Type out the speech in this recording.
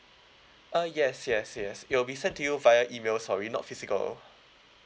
uh yes yes yes it will be sent to you via email sorry not physical